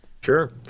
Sure